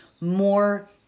more